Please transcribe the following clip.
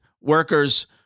workers